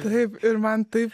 taip ir man tai